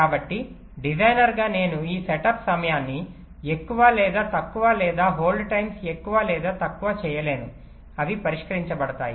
కాబట్టి డిజైనర్గా నేను ఈ సెటప్ సమయాన్ని ఎక్కువ లేదా తక్కువ లేదా హోల్డ్ టైమ్స్ ఎక్కువ లేదా తక్కువ చేయలేను అవి పరిష్కరించబడతాయి